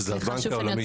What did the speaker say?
שזה הבנק העולמי.